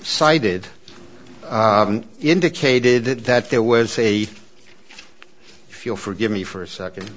cited indicated that there was a feel forgive me for a second